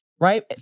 right